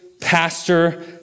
pastor